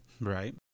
Right